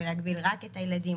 ולהגביל רק את הילדים,